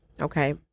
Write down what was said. Okay